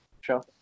sure